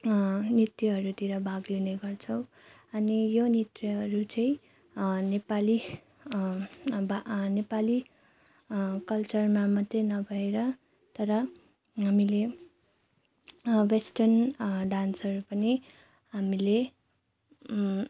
नृत्यहरूतिर भाग लिने गर्छौँ अनि यो नृत्यहरू चाहिँ नेपाली अब नेपाली कल्चरमा मात्रै नभएर तर हामीले वेस्टर्न डान्सहरू पनि हामीले